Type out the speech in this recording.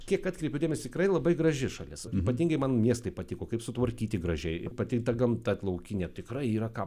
kiek atkreipiu dėmesį tikrai labai graži šalis ypatingai man miestai patiko kaip sutvarkyti gražiai pateikta gamta laukinė tikrai yra ką